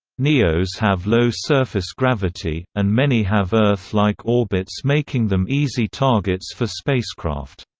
neos have low surface gravity, and many have earth-like orbits making them easy targets for spacecraft.